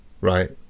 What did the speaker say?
Right